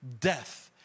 death